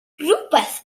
rywbeth